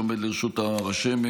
שעומד לרשות הרשמת.